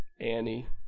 Annie